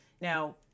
Now